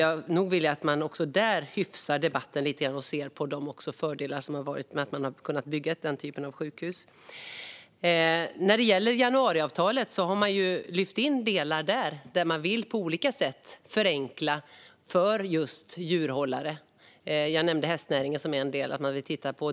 Jag tycker nog att man också där ska hyfsa debatten lite och se på de fördelar som det har inneburit att man har kunnat bygga den typen av sjukhus. I januariavtalet har man lyft in delar där man på olika sätt vill förenkla för djurhållare. Jag nämnde hästnäringen som en del som man vill titta på.